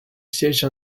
siège